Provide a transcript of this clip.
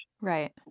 Right